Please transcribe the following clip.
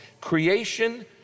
creation